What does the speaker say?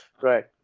right